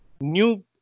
new